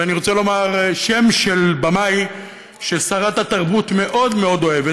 ואני רוצה לומר שם של במאי ששרת התרבות מאוד מאוד אוהבת,